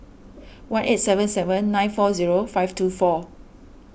one eight seven seven nine four zero five two four